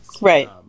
Right